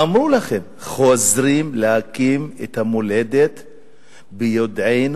אמרו לכם: חוזרים להקים את המולדת ביודענו,